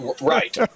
right